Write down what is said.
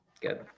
Good